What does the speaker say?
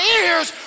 ears